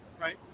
right